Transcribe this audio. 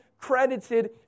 credited